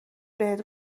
بهت